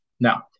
Now